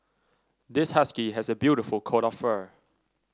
this husky has a beautiful coat of fur